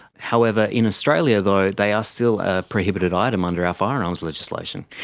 however, in australia though they are still a prohibited item under our firearms legislation.